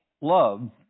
Love